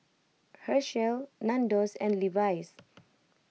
Herschel Nandos and Levi's